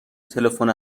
تلفن